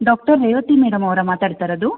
doctor Revathi madam ಅವರಾ ಮಾತಾಡ್ತಾ ಇರೋದು